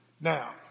Now